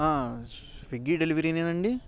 Swiggy డెలివరీనేనండి